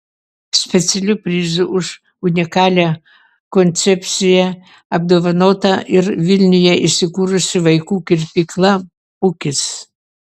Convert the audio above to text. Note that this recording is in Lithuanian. specialiu prizu už unikalią koncepciją apdovanota ir vilniuje įsikūrusi vaikų kirpykla pukis